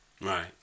Right